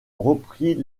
repris